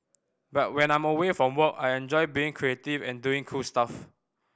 but when I'm away from work I enjoy being creative and doing cool stuff